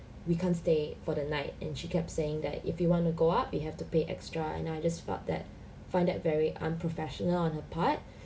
we can't stay for the night and she kept saying that if you want to go up you have to pay extra and I just felt that find that very unprofessional on her part